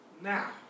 now